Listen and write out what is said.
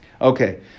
Okay